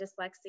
dyslexia